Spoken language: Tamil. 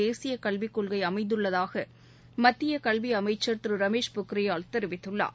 தேசிய கல்விக் கொள்கை அமைந்துள்ளதாக என்று மத்திய கல்வி அமைச்சர் திரு ரமேஷ் பொக்ரியால் தெரிவித்துள்ளார்